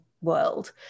world